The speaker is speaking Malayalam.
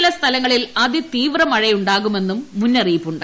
ചില സ്ഥലങ്ങളിൽ അതിതീവ്ര മഴയുണ്ടാകുമെന്നും മുന്നറിയിപ്പുണ്ട്